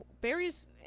berries